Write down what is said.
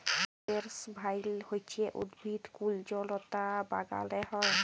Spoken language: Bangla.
সিপেরেস ভাইল হছে উদ্ভিদ কুল্জলতা বাগালে হ্যয়